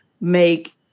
make